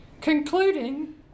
concluding